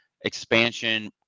expansion